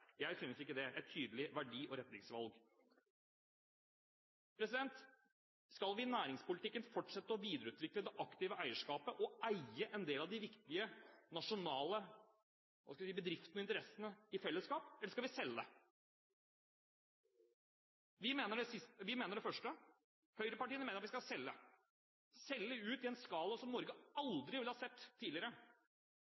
Jeg synes ikke det. Dette er et tydelig verdi- og retningsvalg. Skal vi i næringspolitikken fortsette å videreutvikle det aktive eierskapet og eie en del av de viktige, nasjonale bedriftene og interessene i fellesskap, eller skal vi selge? Vi mener det første. Høyrepartiene mener at vi skal selge – selge ut i en skala som Norge